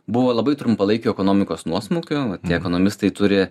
buvo labai trumpalaikio ekonomikos nuosmukio ekonomistai turi